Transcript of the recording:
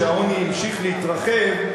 שהעוני המשיך להתרחב,